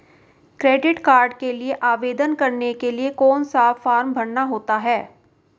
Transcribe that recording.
Credit card के लिए आवेदन करने के लिए कौन सा फॉर्म भरना होता है?